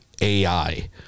AI